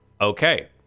Okay